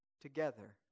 together